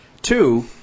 Two